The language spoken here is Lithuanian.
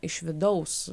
iš vidaus